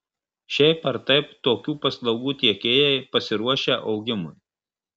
šiaip ar taip tokių paslaugų tiekėjai pasiruošę augimui